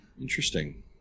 Interesting